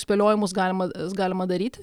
spėliojimus galima galima daryti